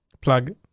Plug